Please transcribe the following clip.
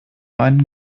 einen